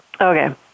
Okay